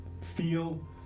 feel